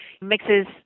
mixes